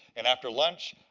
and after lunch,